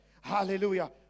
Hallelujah